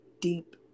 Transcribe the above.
deep